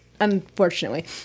unfortunately